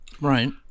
Right